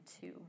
two